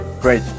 Great